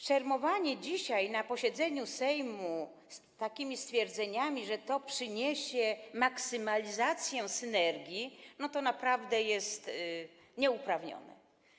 Szermowanie dzisiaj na posiedzeniu Sejmu takimi stwierdzeniami, że to przyniesie maksymalizację synergii, naprawdę jest nieuprawnione.